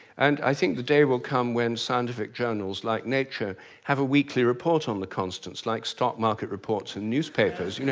and i think the day will come when scientific journals like nature have a weekly report on the constants, like stock-market reports in the newspapers. you know,